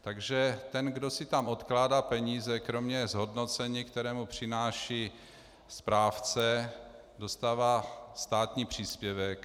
Takže ten, kdo si tam odkládá peníze kromě zhodnocení, které mu přináší správce, dostává státní příspěvek.